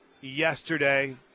yesterday